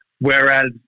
Whereas